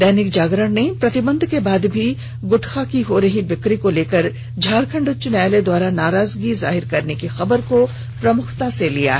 दैनिक जागरण ने प्रतिबंध के बाद भी गुटका की हो रही बिक्री को लेकर झारखंड उच्च न्यायालय द्वारा नाराजगी जाहिर करने की खबर को प्रमुखता से प्रकाशित किया